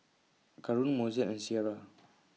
Karon Mozell and Sierra